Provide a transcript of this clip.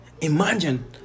Imagine